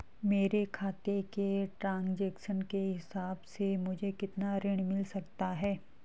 मेरे खाते के ट्रान्ज़ैक्शन के हिसाब से मुझे कितना ऋण मिल सकता है?